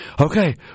okay